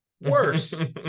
worse